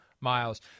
Miles